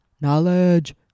Knowledge